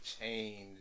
change